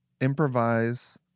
improvise